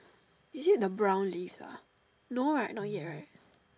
is it the brown leaves ah no right not yet right